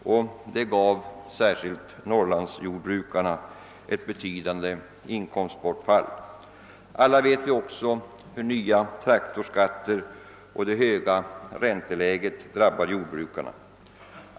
Detta medförde särskilt för Norrlandsjordbrukarna ett betydande inkomstbortfall. Alla vet vi också hur nya traktorskatter och det höga ränteläget drabbar jordbrukarna.